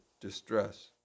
distress